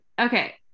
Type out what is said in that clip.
okay